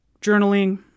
journaling